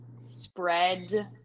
spread